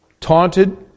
Taunted